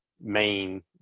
main